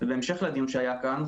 בהמשך לדיון שהיה כאן,